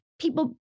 People